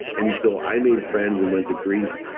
and so i made friends and went to greece.